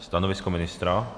Stanovisko ministra?